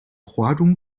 华中